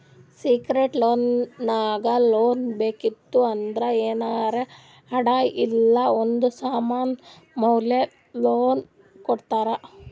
secured loan ನಾಗ್ loan ಬೇಕಿತ್ತು ಅಂದ್ರ ಏನಾರೇ ಅಡಾ ಇಲ್ಲ ಒಂದ್ ಸಮಾನ್ ಮ್ಯಾಲ ಲೋನ್ ಕೊಡ್ತಾರ್